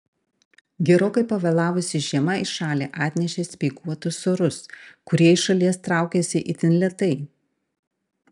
gerokai pavėlavusi žiema į šalį atnešė speiguotus orus kurie iš šalies traukiasi itin lėtai